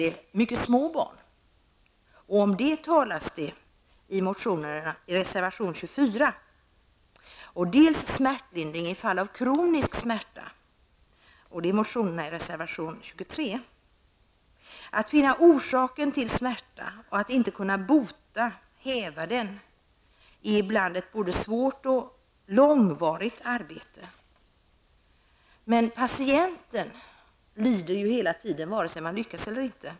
Det gäller för det första mycket små barn. Detta tas upp i reservation nr 24. Det gäller för det andra smärtlindring vid kronisk smärta. Detta tas upp i reservation nr 23. Att finna orsaken till smärta och att kunna bota och häva den är ibland ett både svårt och långvarigt arbete. Patienten lider hela tiden, vare sig man lyckas eller inte.